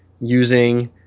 using